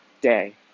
day